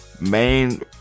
main